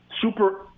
super